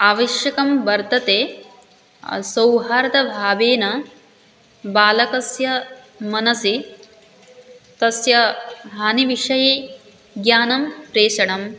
आवश्यकं वर्तते सौहार्दभावेन बालकस्य मनसि तस्य हानिविषये ज्ञानं प्रेषणम्